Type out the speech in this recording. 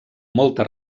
molta